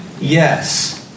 Yes